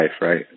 right